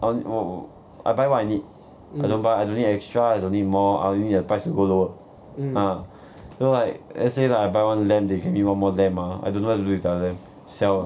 on 我 I buy what I need I don't buy I don't need extra I don't need more I only need the price to go lower ah so like let's say like I buy one lamp they can give me one more lamp ah I don't know what to do with the other lamp sell